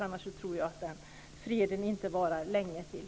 Annars tror jag att freden inte varar länge till.